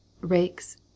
rakes